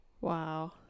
Wow